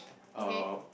okay